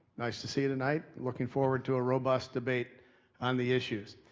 nice to see you tonight looking forward to a robust debate on the issues.